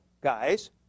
guys